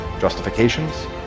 justifications